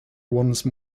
once